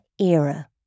era